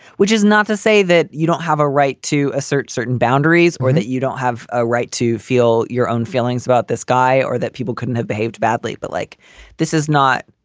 which is not to say that you don't have a right to assert certain boundaries or that you don't have a right to feel your own feelings about this guy, or that people couldn't have behaved badly. but like this is not.